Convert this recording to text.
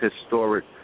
historic